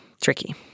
tricky